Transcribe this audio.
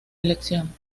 elección